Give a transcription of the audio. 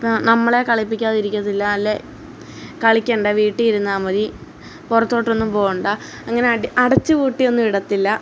ഇപ്പം നമ്മളെ കളിപ്പിക്കാതിരിക്കത്തില്ല അല്ലെ കളിക്കേണ്ട വീട്ടിൽ ഇരുന്ന മതി പുറത്തോട്ടൊന്നും പോകണ്ട അങ്ങനെ അടി അടച്ചുപൂട്ടിയൊന്നും ഇടത്തില്ല